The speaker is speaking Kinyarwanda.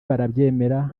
barabyemera